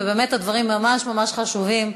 ובאמת הדברים ממש ממש חשובים,